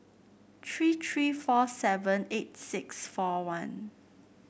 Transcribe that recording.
three three four seven eight six four one